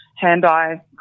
hand-eye